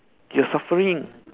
you are suffering